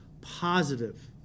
positive